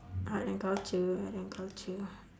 art and culture art and culture